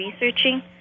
researching